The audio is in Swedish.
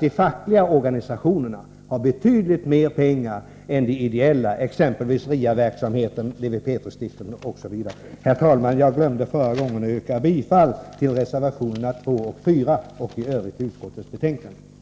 De fackliga organisationerna har betydligt mer pengar än de ideella organisationerna, exempelvis RIA-verksamheten, Lewi Pethrus stiftelse osv. Herr talman! Jag glömde förra gången att yrka bifall till reservationerna 2 och 4 och i övrigt till utskottets hemställan, varför jag gör det nu.